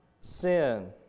sin